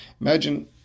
Imagine